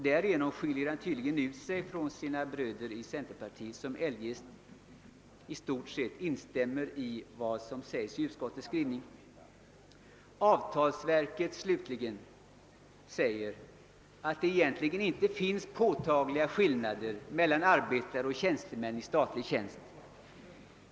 Därigenom tar han tydligen avstånd från sina bröder i centerpartiet, som eljest i stort sett instämmer i utskottsmajoritetens skrivning. Avtalsverket uttalar att det egentligen inte finns några påtagliga skillnader mellan arbetare och tjänstemän i statlig tjänst.